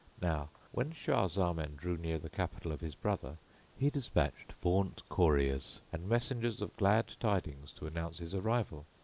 now when shah zaman drew near the capital of his brother he despatched vaunt couriers and messengers of glad tidings to announce his arrival,